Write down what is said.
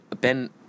Ben